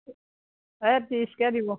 এই ত্ৰিছকৈ দিব